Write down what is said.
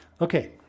Okay